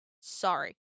sorry